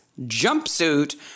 jumpsuit